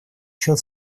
счет